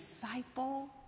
disciple